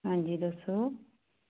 ਹਾਂਜੀ ਦੱਸੋ